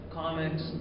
comics